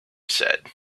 said